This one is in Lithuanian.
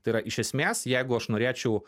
tai yra iš esmės jeigu aš norėčiau